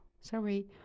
Sorry